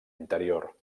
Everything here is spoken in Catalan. interior